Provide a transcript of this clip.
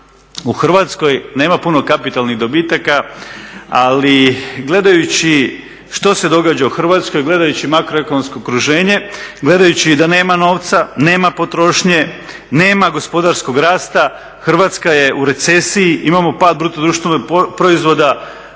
U Hrvatskoj nema puno kapitalnih dobitaka, ali gledajući što se događa u Hrvatskoj, gledajući makroekonomsko okruženje, gledajući i da nema novaca, nema potrošnje, nema gospodarskog rasta, Hrvatska je u recesiji, imamo pad BDP-a … na razini